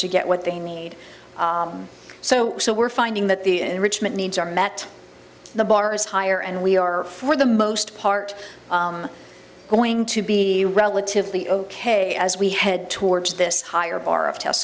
to get what they need so so we're finding that the enrichment needs are met the bar is higher and we are for the most part going to be relatively ok as we head towards this higher bar of test